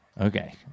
Okay